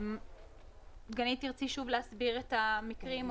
דגנית, תרצי להסביר שוב את המקרים?